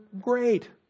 great